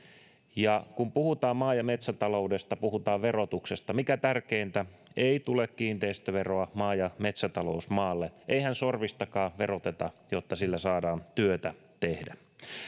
ja kun puhutaan maa ja metsätaloudesta puhutaan verotuksesta mikä tärkeintä ei tule kiinteistöveroa maa ja metsätalousmaalle eihän sorviakaan veroteta jotta sillä saadaan työtä tehdä